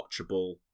watchable